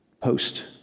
post